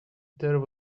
there